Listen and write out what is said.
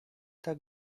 tak